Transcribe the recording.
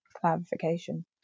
clarification